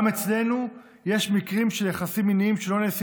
גם אצלנו יש מקרים של יחסים מיניים שלא נעשים